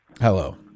Hello